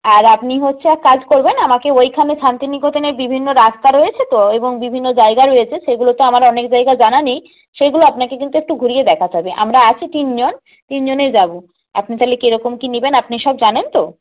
আর আপনি হচ্ছে এক কাজ করবেন আমাকে ওইখানে শান্তিনিকেতনে বিভিন্ন রাস্তা রয়েছে তো এবং বিভিন্ন জায়গা রয়েছে সেগুলো তো আমার অনেক জায়গা জানা নেই সেইগুলো আপনাকে কিন্তু একটু ঘুরিয়ে দেখাতে হবে আমরা আছি তিনজন তিনজনে যাব আপনি তাহলে কীরকম কী নেবেন আপনি সব জানেন তো